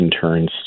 turns